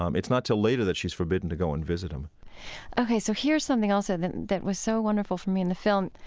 um it's not till later that she's forbidden to go and visit him ok. so here's something else that that was so wonderful for me in the film.